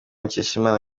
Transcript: mukeshimana